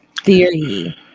Theory